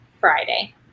Friday